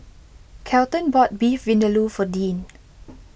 Kelton bought Beef Vindaloo for Dean